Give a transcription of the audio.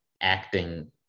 acting